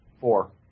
Four